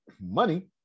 Money